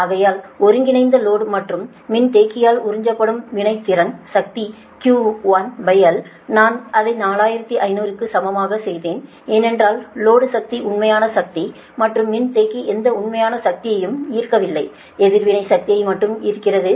ஆகையால் ஒருங்கிணைந்த லோடு மற்றும் மின்தேக்கியால் உறிஞ்சப்படும் வினைத்திறன் சக்தி QL1 நான் அதை 4500 க்கு சமமாகச் செய்தேன் ஏனென்றால் லோடு சக்தி உண்மையான சக்தி மற்றும் மின்தேக்கி எந்த உண்மையான சக்தியையும் ஈர்க்கவில்லை எதிர்வினை சக்தியை மட்டும் ஈர்க்கிறது